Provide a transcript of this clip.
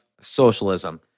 socialism